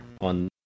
on